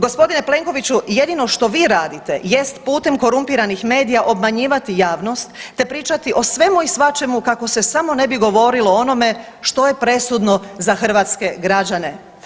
Gospodine Plenkoviću, jedino što vi radite jest putem korumpiranih medija obmanjivati javnost, te pričati o svemu i svačemu kako se samo ne bi govorilo o onome što je presudno za hrvatske građane.